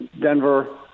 Denver